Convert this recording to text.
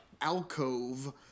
alcove